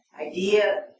idea